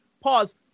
pause